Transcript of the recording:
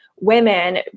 women